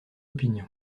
opinion